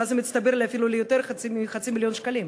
ואז זה מצטבר אפילו ליותר מחצי מיליון שקלים.